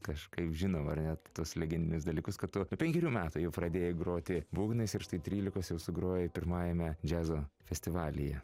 kažkaip žinoma ar ne tos legendinius dalykus kad tu penkerių metų jau pradėjai groti būgnais ir štai trylikos jau sugrojai pirmajame džiazo festivalyje